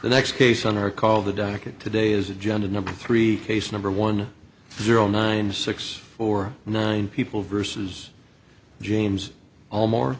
next case on are called the docket today is agenda number three case number one zero nine six or nine people versus james all more